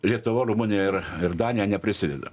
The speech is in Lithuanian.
lietuva rumunija ir ir danija neprisideda